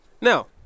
Now